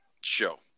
show